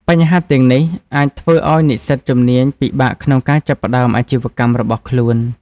បញ្ហាទាំងនេះអាចធ្វើឱ្យនិស្សិតជំនាញពិបាកក្នុងការចាប់ផ្តើមអាជីវកម្មរបស់ខ្លួន។